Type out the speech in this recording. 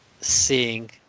seeing